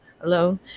alone